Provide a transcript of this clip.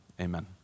amen